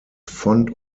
fond